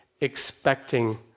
expecting